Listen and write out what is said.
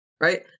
Right